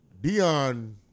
Dion